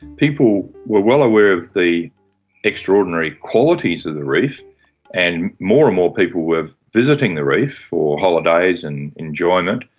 people were well aware of the extraordinary qualities of the reef and more and more people were visiting the reef for holidays and enjoyment.